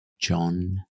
John